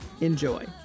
Enjoy